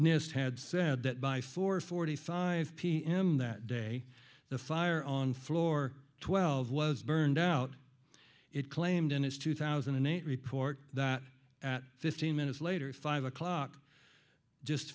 nist had said that by four forty five pm that day the fire on floor twelve was burned out it claimed in its two thousand and eight report that at fifteen minutes later five o'clock just